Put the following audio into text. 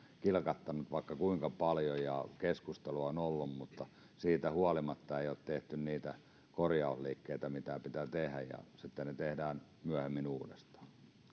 kilkattaneet vaikka kuinka paljon ja keskustelua on ollut mutta siitä huolimatta ei ole tehty niitä korjausliikkeitä mitä pitää tehdä ja sitten ne tehdään myöhemmin uudestaan